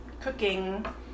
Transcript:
cooking